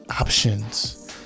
options